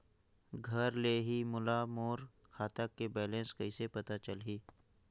घर ले ही मोला मोर खाता के बैलेंस कइसे पता चलही?